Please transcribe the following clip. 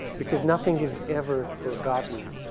because nothing is ever forgotten,